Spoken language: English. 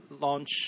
launch